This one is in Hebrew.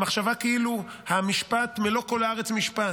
המחשבה כאילו המשפט מלוא כל הארץ משפט,